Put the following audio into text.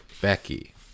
Becky